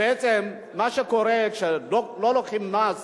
בעצם מה שקורה, כשלא לוקחים מס